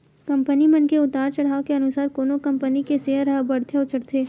company मन के उतार चड़हाव के अनुसार कोनो कंपनी के सेयर ह बड़थे अउ चढ़थे